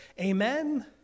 Amen